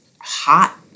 hot